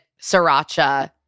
sriracha